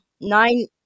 nine